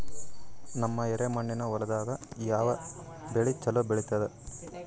ನಮ್ಮ ಎರೆಮಣ್ಣಿನ ಹೊಲದಾಗ ಯಾವ ಬೆಳಿ ಚಲೋ ಬೆಳಿತದ?